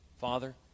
Father